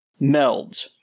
Melds